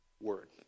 Word